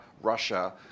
Russia